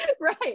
right